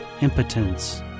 impotence